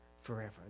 forever